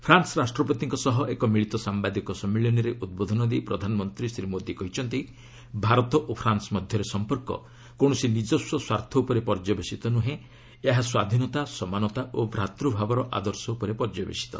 France ରାଷ୍ଟ୍ରପତିଙ୍କ ସହ ଏକ ମିଳିତ ସାମ୍ଭାଦିକ ସମ୍ମିଳନୀରେ ଉଦ୍ବୋଧନ ଦେଇ ପ୍ରଧାନମନ୍ତ୍ରୀ ଶ୍ରୀ ମୋଦି କହିଛନ୍ତି ଭାରତ ଓ ଫ୍ରାନ୍ସ ମଧ୍ୟରେ ସମ୍ପର୍କ କୌଣସି ନିଜସ୍ୱ ସ୍ୱାର୍ଥ ଉପରେ ପର୍ଯ୍ୟବସିତ ନୁହେଁ ଏହା ସ୍ୱାଧୀନତା ସମାନତା ଓ ଭ୍ରାତୃଭାବର ଆଦର୍ଶ ଉପରେ ପର୍ଯ୍ୟବସିତ